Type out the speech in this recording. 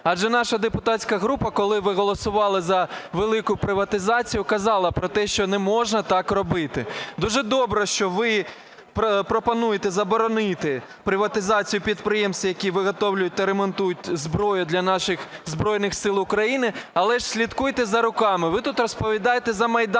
Адже наша депутатська група, коли ви голосували за велику приватизацію, казала про те, що не можна так робити. Дуже добре, що ви пропонуєте заборонити приватизацію підприємств, які виготовляють та ремонтують зброю для наших Збройних Сил України, але ж слідкуйте за руками. Ви тут розповідаєте за майданчики,